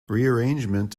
rearrangement